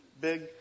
big